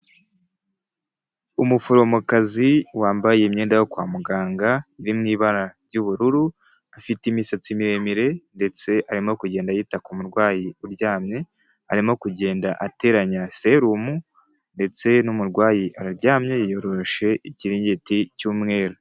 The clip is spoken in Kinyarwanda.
Umuforomokazi wambaye imyenda yo kwa muganga, iri mu ibara ry'ubururu, afite imisatsi miremire ndetse arimo kugenda yita ku murwayi uryamye, arimo kugenda ateranya serumu ndetse n'umurwayi araryamye, yiyoroshe ikiringiti cy'umweru.